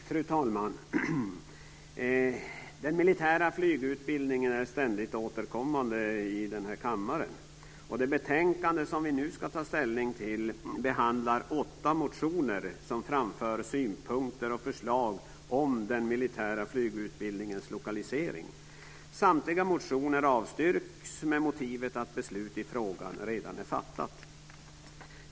Fru talman! Den militära flygutbildningen är ständigt återkommande i den här kammaren. I det betänkande som vi ska ta ställning till i dag behandlas åtta motioner där man framför synpunkter på och förslag om den militära flygutbildningens lokalisering. Samtliga motioner avstyrks med motivet att beslut i frågan redan är fattat.